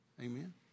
Amen